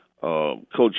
Coach